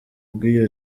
bw’ibyo